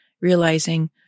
realizing